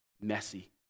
messy